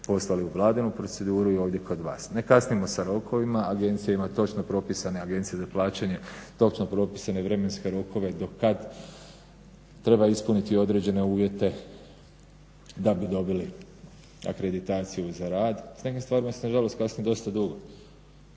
poslali u vladinu proceduru i ovdje kod vas. Ne kasnimo sa rokovim, agencija ima točno propisane agencije za plaćanje točno propisane vremenske rokove i do kad treba ispuniti određene uvijete da bi dobili akreditaciju za rad. S nekim stvarima se na žalost kasni dosta dugo,